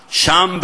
שם,